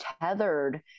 tethered